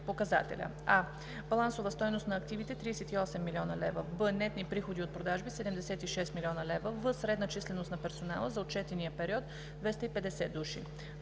показателя: